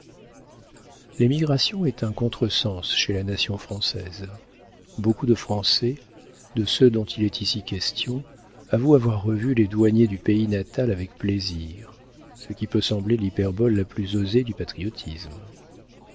l'émigration est un contre-sens chez la nation française beaucoup de français de ceux dont il est ici question avouent avoir revu les douaniers du pays natal avec plaisir ce qui peut sembler l'hyperbole la plus osée du patriotisme